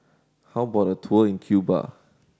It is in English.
how about a tour in Cuba